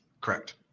Correct